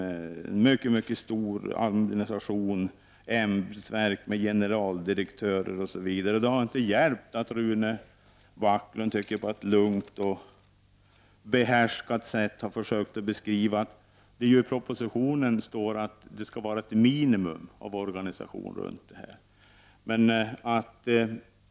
Man talar om en mycket stor organisation, om ämbetsverk med generaldirektörer osv. Det har inte hjälpt att Rune Backlund på ett lugnt och behärskat sätt har försökt att beskriva att det i propositionen står att det skall vara ett minimum av organisation runt detta.